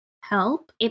help